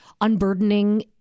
unburdening